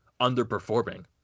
underperforming